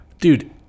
dude